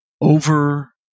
over